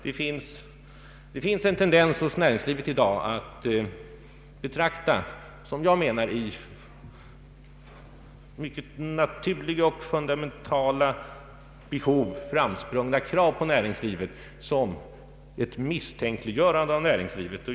Det finns en tendens hos näringslivet i dag att betrakta vad jag anser ur mycket naturliga och fundamentala behov framsprungna krav på näringslivet som ett misstänkliggörande av näringslivet.